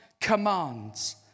commands